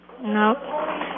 No